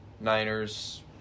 Niners